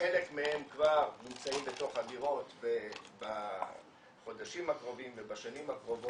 חלק מהם כבר נמצאים בתוך הדירות בחודשים הקרובים ובשנים הקרובות.